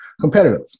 competitive